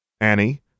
Annie